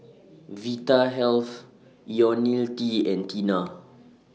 Vitahealth Ionil T and Tena